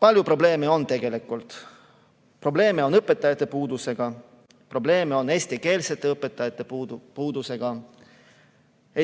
Palju probleeme on tegelikult. Probleeme on õpetajate puudusega: probleeme on eestikeelsete õpetajate puudusega,